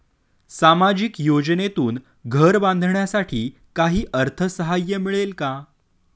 सामाजिक योजनेतून घर बांधण्यासाठी काही अर्थसहाय्य मिळेल का?